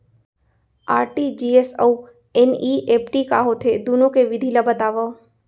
RTGS अऊ NEFT का होथे, दुनो के विधि ला बतावव